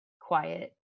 quiet